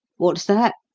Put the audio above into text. wot's that?